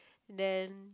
then